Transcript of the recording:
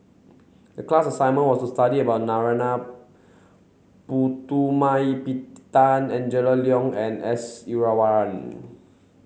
the class assignment was to study about Narana Putumaippittan Angela Liong and S